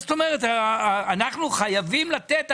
אנחנו חייבים לתת?